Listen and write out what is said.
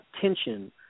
tension